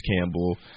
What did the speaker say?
Campbell